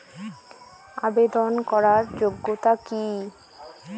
আবেদন করার যোগ্যতা কি?